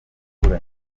bavuga